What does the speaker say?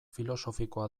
filosofikoa